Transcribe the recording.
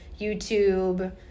YouTube